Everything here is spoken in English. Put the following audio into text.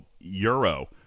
Euro